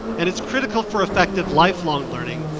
and it's critical for effective lifelong learning,